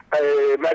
Maria